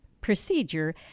procedure